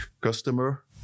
customer